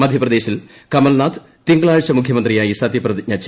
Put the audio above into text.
മധ്യപ്രദേശിൽ കമൽ നാഥ് തിങ്കളാഴ്ച മുഖ്യമന്ത്രിയായി സത്യപ്രതിജ്ഞ ചെയ്യും